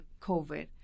COVID